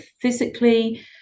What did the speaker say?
physically